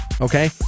Okay